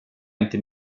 inte